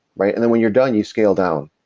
right? then when you're done, you scale down.